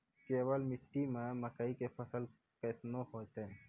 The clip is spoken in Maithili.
केवाल मिट्टी मे मकई के फ़सल कैसनौ होईतै?